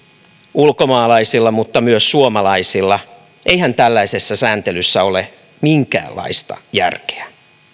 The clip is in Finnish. ulkomaalaisilla mutta myös suomalaisilla eihän tällaisessa sääntelyssä ole minkäänlaista järkeä